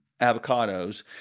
avocados